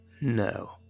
no